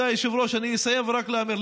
כבוד היושב-ראש אני אסיים ורק אומר,